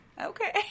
okay